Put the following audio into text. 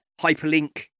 hyperlink